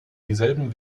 dieselben